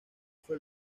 fue